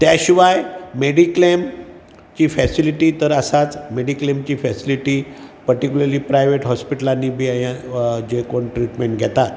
त्या शिवाय मेडिक्लेम ची फेसिलीटी तर आसात मेडिक्लेमची फेसिलीटी पर्टिकुली प्रायवेट हाॅस्पिचलांनी वा जे कोण ट्रिटमेंट घेता